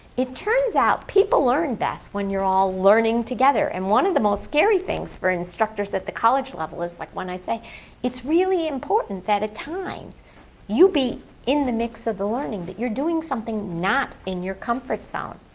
it turns out people learn best when you're all learning together. and one of the most scary things for instructors at the college level is like when i say it's really important that at times you'd be in the mix of the learning, that you're doing something not in your comfort zone.